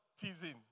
teasing